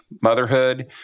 motherhood